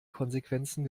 konsequenzen